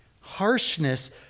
Harshness